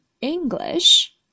English